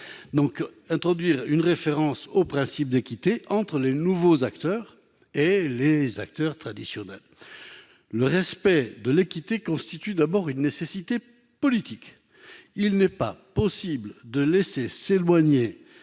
d'introduire une référence au principe d'équité entre les nouveaux acteurs et les acteurs traditionnels. Le respect de l'équité constitue d'abord une nécessité politique. Il n'est pas possible de laisser diverger